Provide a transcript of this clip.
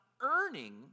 earning